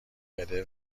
کرده